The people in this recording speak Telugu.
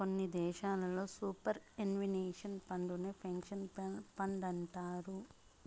కొన్ని దేశాల్లో సూపర్ ఎన్యుషన్ ఫండేనే పెన్సన్ ఫండంటారు